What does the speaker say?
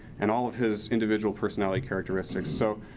and all of his individual personality characteristics. so,